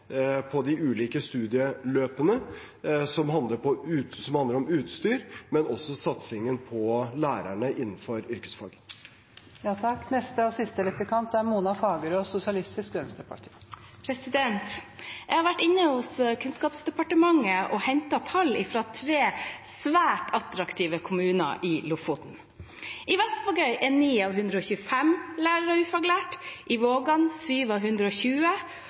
på lærerne innenfor yrkesfag. Jeg har vært hos Kunnskapsdepartementet og hentet tall fra tre svært attraktive kommuner i Lofoten. I Vestvågøy er 9 av 125 lærere ufaglærte, i Vågan 7 av 120.